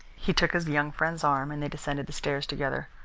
he took his young friend's arm, and they descended the stairs together.